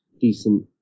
decent